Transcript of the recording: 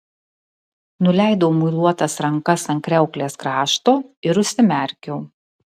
nuleidau muiluotas rankas ant kriauklės krašto ir užsimerkiau